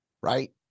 Right